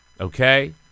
okay